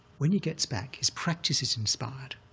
when he gets back, his practice is inspired,